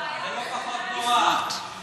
חברת הכנסת זנדברג, לא נמצאת.